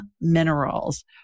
Minerals